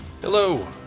Hello